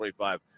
25